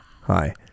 Hi